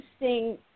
interesting